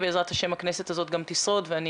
בעזרת השם הכנסת הזאת גם תשרוד ואני